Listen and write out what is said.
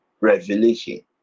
revelation